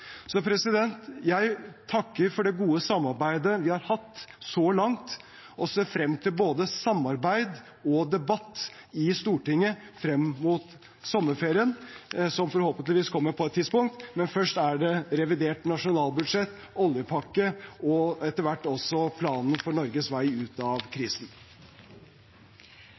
Jeg takker for det gode samarbeidet vi har hatt så langt, og ser frem til både samarbeid og debatt i Stortinget frem mot sommerferien, som forhåpentligvis kommer på et tidspunkt, men først er det revidert nasjonalbudsjett, oljepakke og etter hvert også planen for Norges vei ut av krisen.